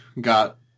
got